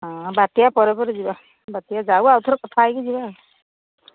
ହଁ ବାତ୍ୟା ପରେ ପରେ ଯିବା ବାତ୍ୟା ଯାଉ ଆଉ ଥରେ କଥା ହୋଇକି ଯିବା